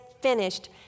finished